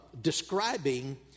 describing